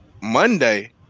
Monday